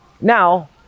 Now